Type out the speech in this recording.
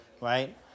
right